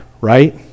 right